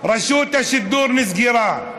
רשות השידור נסגרה.